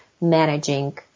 managing